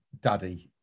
daddy